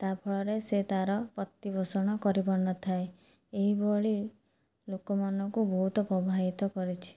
ତା ଫଳରେ ସେ ତାର ପ୍ରତିପୋଷଣ କରିପାରିନଥାଏ ଏହିଭଳି ଲୋକମାନଙ୍କୁ ବହୁତ ପ୍ରବାହିତ କରିଛି